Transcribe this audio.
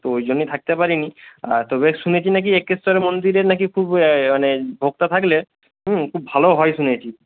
তো ওইজন্যই থাকতে পারি নি তবে শুনেছি না কি এক্কেশ্বর মন্দিরে না কি খুব মানে ভোক্তা থাকলে হুম খুব ভালো হয় শুনেছি